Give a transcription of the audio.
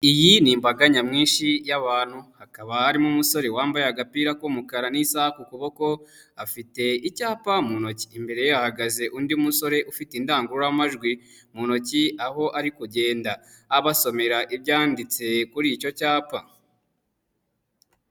Iyi ni imbaga nyamwinshi y'abantu hakaba harimo umusore wambaye agapira k'umukara n'isaha ku kuboko, afite icyapa mu ntoki imbere ye hahagaze undi musore ufite indangururamajwi mu ntoki aho ari kugenda abasomera ibyanditse kuri icyo cyapa.